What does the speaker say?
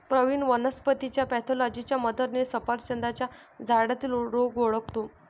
प्रवीण वनस्पतीच्या पॅथॉलॉजीच्या मदतीने सफरचंदाच्या झाडातील रोग ओळखतो